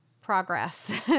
progress